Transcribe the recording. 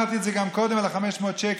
אמרתי את זה גם קודם על ה-500 שקל,